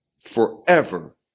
forever